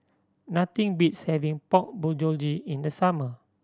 nothing beats having Pork Bulgogi in the summer